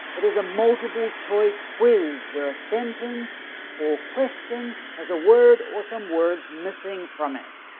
it is a multiple-choice quiz where a sentence or question has a word or some words missing from it.